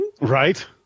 Right